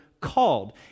called